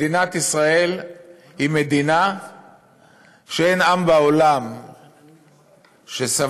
מדינת ישראל היא מדינה שאין עם בעולם שסבל,